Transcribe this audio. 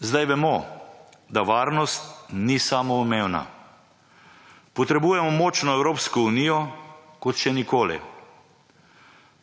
Zdaj vemo, da varnost ni samoumevna. Potrebujemo močno Evropsko unijo, kot še nikoli.